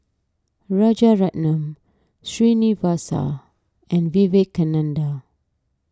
Rajaratnam Srinivasa and Vivekananda